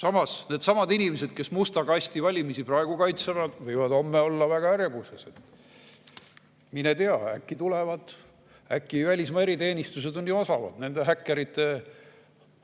Samas needsamad inimesed, kes musta kasti valimisi praegu kaitsevad, võivad homme olla väga ärevuses. Mine tea, äkki tulevad, välismaa eriteenistused on ju osavad, nende häkkerite